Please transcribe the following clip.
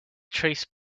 trace